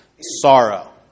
sorrow